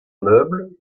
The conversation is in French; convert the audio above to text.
meuble